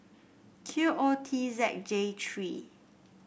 Q O T Z J three